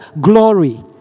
glory